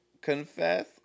confess